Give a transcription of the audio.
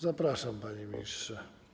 Zapraszam, panie ministrze.